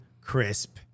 crisp